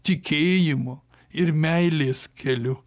tikėjimo ir meilės keliu